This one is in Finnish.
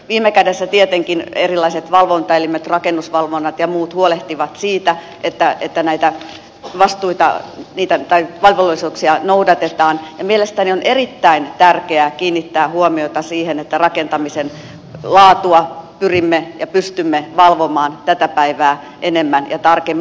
viime kädessä tietenkin erilaiset valvontaelimet rakennusvalvonnat ja muut huolehtivat siitä että näitä velvollisuuksia noudatetaan ja mielestäni on erittäin tärkeää kiinnittää huomiota siihen että rakentamisen laatua pyrimme ja pystymme valvomaan tätä päivää enemmän ja tarkemmin